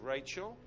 Rachel